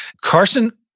Carson